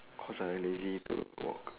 cause I lazy to walk